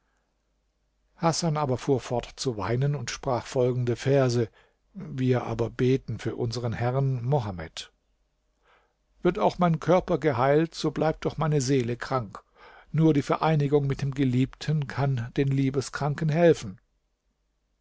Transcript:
hasan aber fuhr fort zu weinen und sprach folgende verse wir aber beten für unsern herrn mohammed wird auch mein körper geheilt so bleibt doch meine seele krank nur die vereinigung mit dem geliebten kann den liebeskranken helfen